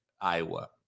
Iowa